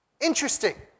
Interesting